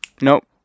nope